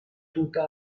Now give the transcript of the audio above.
tuta